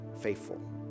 faithful